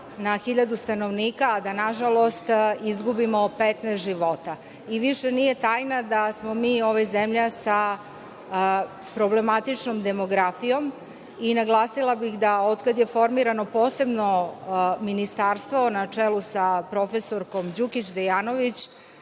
na 1.000 stanovnika, a da nažalost izgubimo 15 života. Više nije tajna da smo mi zemlja sa problematičnom demografijom. Naglasila bih da otkad je formirano posebno ministarstvo na čelu sa prof. Đukić Dejanović,